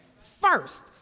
first